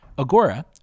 Agora